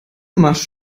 gemacht